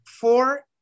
four